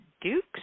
Dukes